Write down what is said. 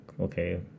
okay